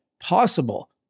possible